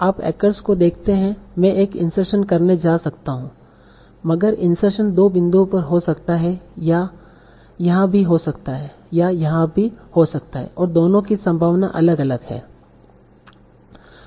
आप acress को देखते हैं मैं एक इंसर्शन करने जा सकता हूं मगर इंसर्शन 2 बिंदुओं पर हो सकता है यह यहाँ भी हो सकता है या यहाँ हो सकता है और दोनों कि संभावना अलग अलग है